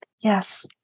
Yes